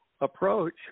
approach –